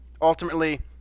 ultimately